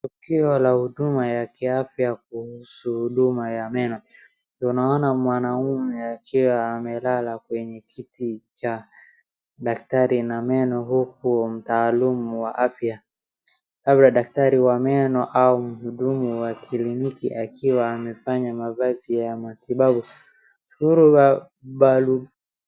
Tukio la huduma ya kiafya kuhusu huduma ya meno. Tunaona mwanaume akiwa amelala kwenye kiti cha daktari na meno huku mtaalumu wa afya labda daktari wa meno au mhudumu wa kliniki akiwa amevaa mavazi ya matibabu. Koro wa balu.